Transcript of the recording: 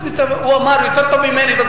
אני מציע שתקרא את הפרוטוקול של אתמול,